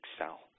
excel